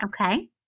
Okay